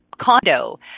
condo